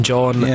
John